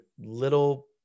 little